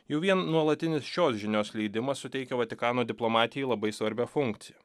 jau vien nuolatinis šios žinios skleidimas suteikia vatikano diplomatijai labai svarbią funkciją